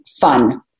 fun